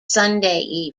sunday